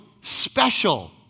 special